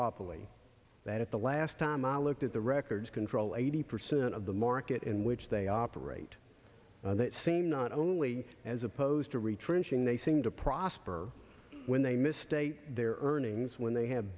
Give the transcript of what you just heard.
awfully that at the last time i looked at the records control eighty percent of the market in which they operate that same not only as opposed to retrenching they seem to prosper when they misstate their earnings when they have